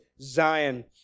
Zion